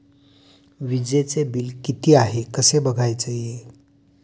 वीजचे बिल किती आहे कसे बघायचे?